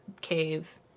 cave